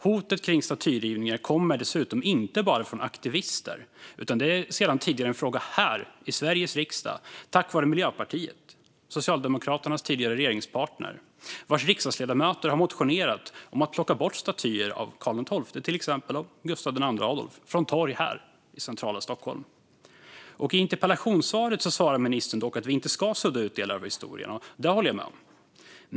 Hotet om statyrivningar kommer dessutom inte bara från aktivister utan är sedan tidigare en fråga i Sveriges riksdag på grund av Socialdemokraternas tidigare regeringspartner Miljöpartiet vars riksdagsledamöter har motionerat om att plocka bort statyer av till exempel Karl XII och Gustav II Adolf från torg i centrala Stockholm. I interpellationssvaret säger ministern dock att vi inte ska sudda ut delar av historien, och det håller jag med om.